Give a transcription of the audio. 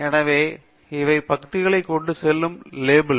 எனவே இவை பத்திகளைக் கொண்டு செல்லும் லேபிள்